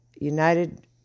United